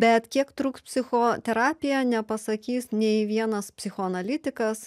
bet kiek truks psichoterapija nepasakys nei vienas psichoanalitikas